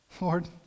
Lord